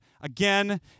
again